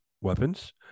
weapons